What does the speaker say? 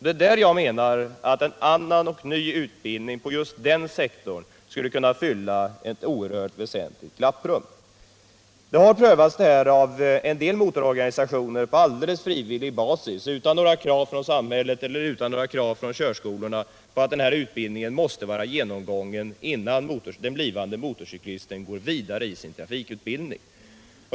Det är där jag menar att det finns ett glapp, och en annan och ny utbildning skulle kunna fylla den luckan. En sådan utbildning har prövats av en del motororganisationer på frivillig basis, utan några krav från samhället och utan några krav från körskolorna på att utbildningen måste vara genomgången innan den bli vande motorcyklisten får gå vidare i sin trafikutbildning.